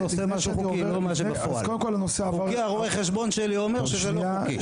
חוקי, הרואה חשבון שלי אומר שזה לא חוקי.